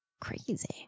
crazy